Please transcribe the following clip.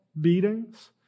beatings